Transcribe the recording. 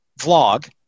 vlog